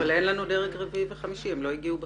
אין לנו גם דרג רביעי או חמישי הם לא הגיעו בכלל.